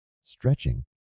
Stretching